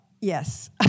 yes